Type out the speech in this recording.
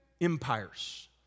empires